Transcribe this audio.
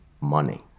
money